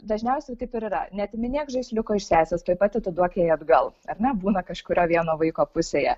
dažniausiai jau taip ir yra neatiminėk žaisliuko iš sesės tuoj pat atiduok jai atgal ar ne būna kažkurio vieno vaiko pusėje